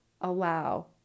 allow